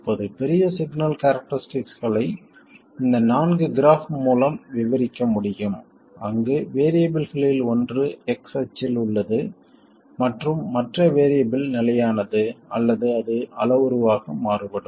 இப்போது பெரிய சிக்னல் கேரக்டரிஸ்டிக்ஸ்களை இந்த நான்கு கிராஃப் மூலம் விவரிக்க முடியும் அங்கு வேறியபிள்களில் ஒன்று x அச்சில் உள்ளது மற்றும் மற்ற வேறியபிள் நிலையானது அல்லது அது அளவுருவாக மாறுபடும்